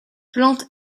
plante